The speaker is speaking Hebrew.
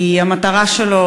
כי המטרה שלו,